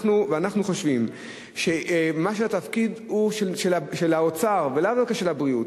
אנחנו חושבים שהתפקיד הוא של האוצר ולאו דווקא של משרד הבריאות,